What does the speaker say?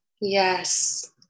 Yes